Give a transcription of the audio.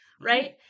Right